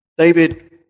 David